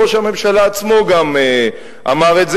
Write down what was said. ראש הממשלה עצמו גם אמר את זה,